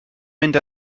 mynd